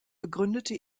begründete